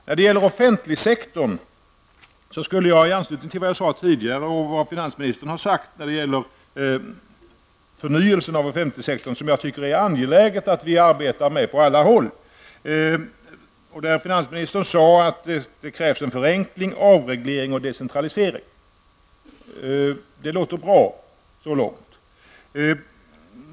När det gäller förnyelsen av offentligsektorn, som jag tycker att det är angeläget att vi arbetar med på alla håll, sade finansministern att det krävs förenkling, avreglering och decentralisering. Det låter bra så långt.